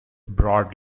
broad